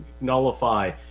nullify